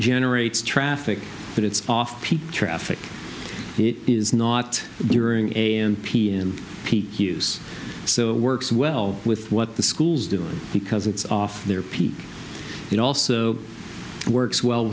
generates traffic but it's off peak traffic it is not during a and p and peak use so works well with what the schools doing because it's off their peak it also works well